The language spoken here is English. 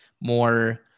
more